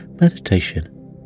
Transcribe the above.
meditation